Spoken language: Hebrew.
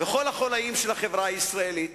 וכל החוליים של החברה הישראלית.